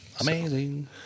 amazing